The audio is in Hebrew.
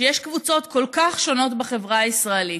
שיש קבוצות כל כך שונות בחברה הישראלית,